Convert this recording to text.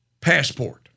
Passport